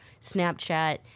Snapchat